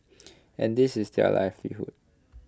and this is their livelihood